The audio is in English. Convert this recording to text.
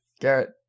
Garrett